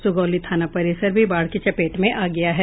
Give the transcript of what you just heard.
सुगौली थाना परिसर भी बाढ़ की चपेट में आ गया है